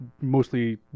mostly